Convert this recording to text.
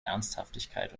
ernsthaftigkeit